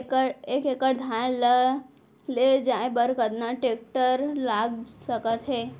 एक एकड़ धान ल ले जाये बर कतना टेकटर लाग सकत हे?